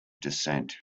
descent